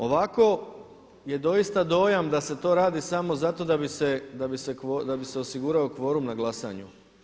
Ovako je doista dojam da se to radi samo zato da bi se osigurao kvorum na glasanju.